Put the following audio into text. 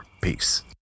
Peace